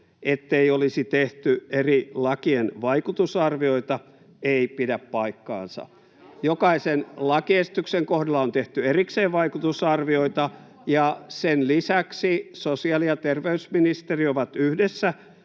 ettei olisi tehty eri lakien vaikutusarvioita, ei pidä paikkaansa. Jokaisen lakiesityksen kohdalla on tehty erikseen vaikutusarvioita, ja sen lisäksi sosiaali- ja terveysministeriö on yhdessä